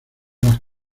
las